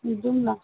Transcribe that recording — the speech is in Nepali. जाऔँ न